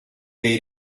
dei